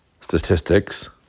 statistics